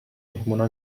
مهمونها